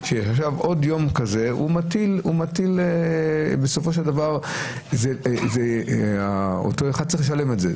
עוד יום כזה מטיל בסופו של דבר אותו אחד שצריך לשלם את זה.